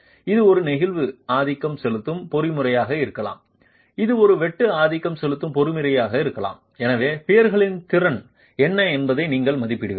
இது ஒரு நெகிழ்வு ஆதிக்கம் செலுத்தும் பொறிமுறையாக இருக்கலாம் இது ஒரு வெட்டு ஆதிக்கம் செலுத்தும் பொறிமுறையாக இருக்கலாம் எனவே பியர்ஸின் திறன் என்ன என்பதை நீங்கள் மதிப்பிடுவீர்கள்